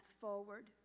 forward